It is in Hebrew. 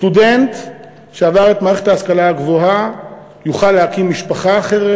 סטודנט שעבר את מערכת ההשכלה הגבוהה יוכל להקים משפחה אחרת,